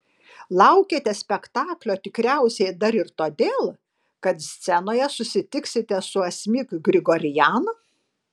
laukiate spektaklio tikriausiai dar ir todėl kad scenoje susitiksite su asmik grigorian